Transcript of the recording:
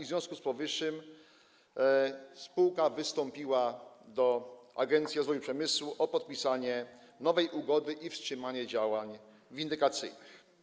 W związku z powyższym spółka wystąpiła do Agencji Rozwoju Przemysłu o podpisanie nowej ugody i wstrzymanie działań windykacyjnych.